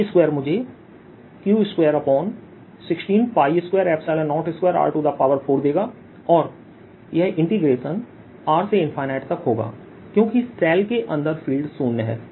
E2मुझे Q216202r4देगा और यह इंटीग्रेशन R से ∞ तक होगा क्योंकि शेल के अंदर फील्ड शून्य है